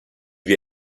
wir